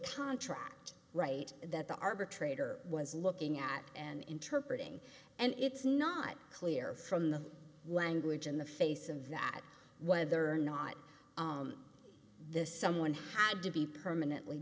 contract write that the arbitrator was looking at an interpreter and it's not clear from the language in the face of that whether or not this someone had to be permanently